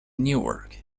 newark